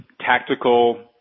tactical